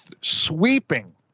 sweeping